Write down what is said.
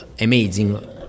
amazing